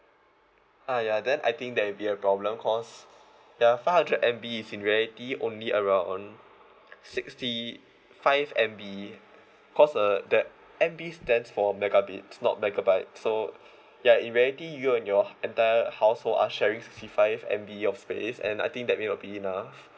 ah ya then I think that'll be a problem cause the five hundred M_B is in reality only around on sixty five M_B cause uh that M_B stands for megabits not megabytes so ya in reality you and your entire household are sharing sixty five M_B of space and I think that may not be enough